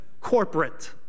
corporate